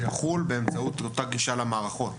זה יחול באמצעות אותה גישה למערכות.